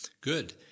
good